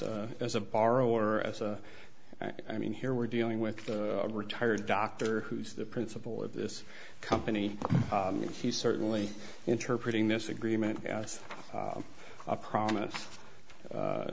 a as a borrower as a i mean here we're dealing with a retired doctor who's the principal of this company and he's certainly interpreting this agreement as a promise a